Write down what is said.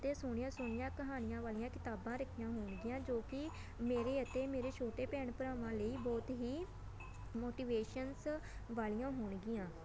ਅਤੇ ਸੋਹਣੀਆਂ ਸੋਹਣੀਆਂ ਕਹਾਣੀਆਂ ਵਾਲੀਆਂ ਕਿਤਾਬਾਂ ਰੱਖੀਆਂ ਹੋਣਗੀਆਂ ਜੋ ਕਿ ਮੇਰੇ ਅਤੇ ਮੇਰੇ ਛੋਟੇ ਭੈਣ ਭਰਾਵਾਂ ਲਈ ਬਹੁਤ ਹੀ ਮੋਟੀਵੇਸ਼ਨਸ ਵਾਲੀਆਂ ਹੋਣਗੀਆਂ